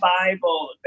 Bible